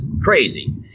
crazy